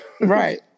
right